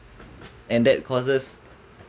and that causes